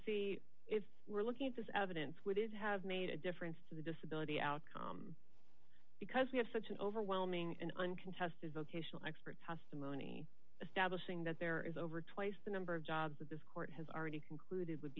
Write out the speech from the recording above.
see if we're looking at this evidence would it have made a difference to the disability outcome because we have such an overwhelming and uncontested vocational testimony establishing that there is over twice the number of jobs that this court has already concluded would